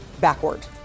backward